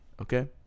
okay